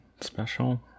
special